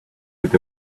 with